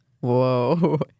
Whoa